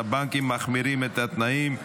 הבנקים מחמירים את התנאים.